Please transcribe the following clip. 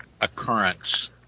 occurrence